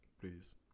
please